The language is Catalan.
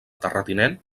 terratinent